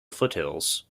foothills